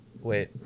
wait